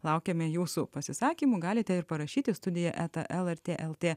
laukiame jūsų pasisakymų galite ir parašyti studija eta lrt el t